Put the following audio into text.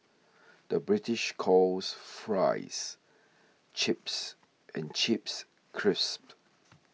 the British calls Fries Chips and Chips Crisps